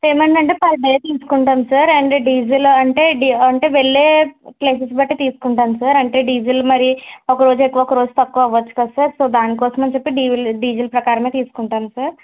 payment అంటే per day తీసుకుంటాం sir and diesel అంటే అంటే వెళ్లే ప్లేసెస్ బట్టి తీసుకుంటాం సార్ అంటే డీజెల్ మరి ఒకరోజు ఎక్కువ ఒకరోజు తక్కువ అవ్వచ్చు కదా సార్ సో దానికోసమని చెప్పి డివిల్ డీజిల్ ప్రకారమే తీసుకుంటాం సార్